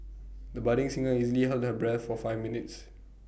the budding singer easily held her breath for five minutes